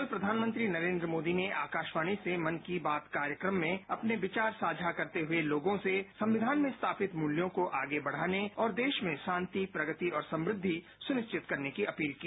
कल प्रधानमंत्री नरेन्द्र मोदी ने आकाशवाणी से मन की बात कार्यक्रम में अपने विचार साझा करते हुए लोगों से संविधान में स्थापित मूल्यों को आगे बढ़ाने और देश में शांति प्रगति और समृद्धि सुनिश्चित करने की अपील की